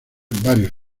varios